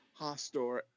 Hostor